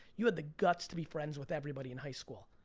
you had the guts to be friends with everybody in high school.